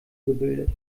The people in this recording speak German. gebildet